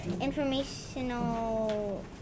informational